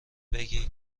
بگی